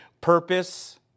purpose